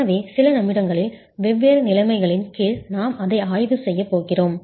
எனவே சில நிமிடங்களில் வெவ்வேறு நிலைமைகளின் கீழ் நாம் அதை ஆய்வு செய்யப் போகிறோம்